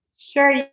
Sure